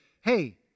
hey